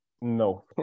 No